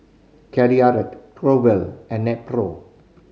Caltrate Growell and Nepro